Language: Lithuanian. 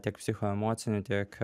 tiek psichoemocinių tiek